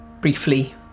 briefly